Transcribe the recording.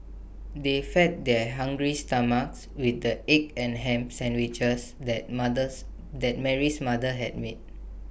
they fed their hungry stomachs with the egg and Ham Sandwiches that mothers that Mary's mother had made